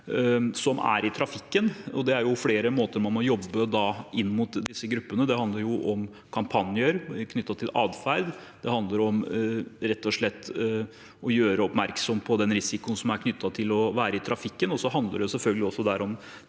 som er i trafikken. Det er flere måter man må jobbe på inn mot disse gruppene. Det handler om kampanjer knyttet til atferd. Det handler rett og slett om å gjøre oppmerksom på den risikoen som er knyttet til å være i trafikken,